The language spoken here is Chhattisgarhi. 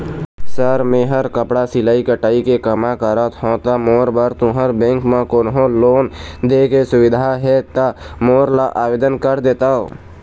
सर मेहर कपड़ा सिलाई कटाई के कमा करत हों ता मोर बर तुंहर बैंक म कोन्हों लोन दे के सुविधा हे ता मोर ला आवेदन कर देतव?